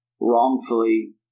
wrongfully